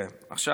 תראה, עכשיו